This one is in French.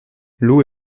l’eau